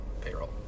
payroll